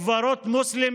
מפזרים